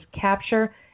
capture